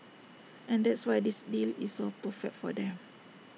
and that's why this deal is so perfect for them